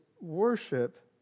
worship